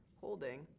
holding